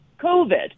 COVID